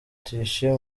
tuyishime